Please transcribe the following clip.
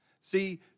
See